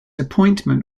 appointment